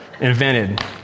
invented